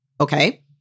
Okay